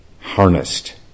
harnessed